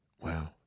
wow